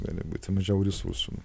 gali būti mažiau resursų